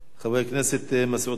חבר הכנסת מסעוד גנאים.